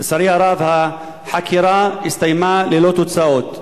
לצערי הרב, החקירה הסתיימה ללא תוצאות.